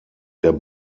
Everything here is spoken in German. der